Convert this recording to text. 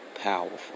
powerful